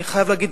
אני חייב להגיד,